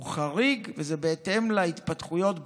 הוא חריג, וזה בהתאם להתפתחויות בשטח.